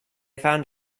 found